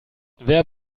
wer